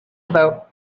about